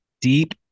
Deep